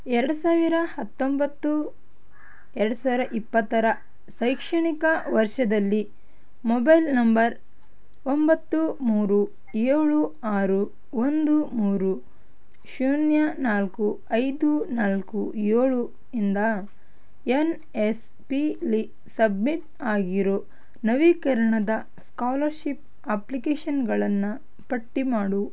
ಎರಡು ಸಾವಿರ ಹತ್ತೊಂಬತ್ತು ಎರಡು ಸಾವಿರ ಇಪ್ಪತ್ತರ ಶೈಕ್ಷಣಿಕ ವರ್ಷದಲ್ಲಿ ಮೊಬೈಲ್ ನಂಬರ್ ಒಂಬತ್ತು ಮೂರು ಏಳು ಆರು ಒಂದು ಮೂರು ಶೂನ್ಯ ನಾಲ್ಕು ಐದು ನಾಲ್ಕು ಏಳು ಇಂದ ಎನ್ ಎಸ್ ಪಿಲಿ ಸಬ್ಮಿಟ್ ಆಗಿರೋ ನವೀಕರಣದ ಸ್ಕಾಲರ್ಶಿಪ್ ಅಪ್ಲಿಕೇಷನ್ಗಳನ್ನು ಪಟ್ಟಿ ಮಾಡು